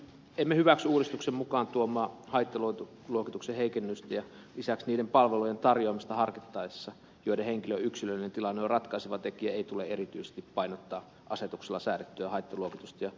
emme hyväksy uudistuksen mukanaan tuomaa haittaluokituksen heikennystä ja lisäksi niiden palvelujen tarjoamista harkittaessa joissa henkilön yksilöllinen tilanne on ratkaiseva tekijä ei tule erityisesti painottaa asetuksella säädettyä haittaluokitusta